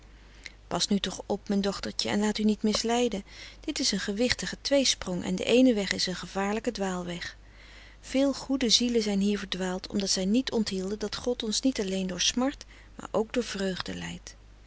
pas nu toch op mijn dochtertje en laat u niet misleiden dit is een gewichtige tweesprong en de eene weg is een gevaarlijke dwaalweg veel goede zielen zijn hier verdwaald omdat zij niet onthielden dat god ons niet alleen door smart maar ook door vreugde leidt